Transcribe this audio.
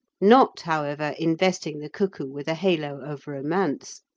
not, however, investing the cuckoo with a halo of romance,